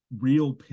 real